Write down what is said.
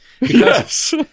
Yes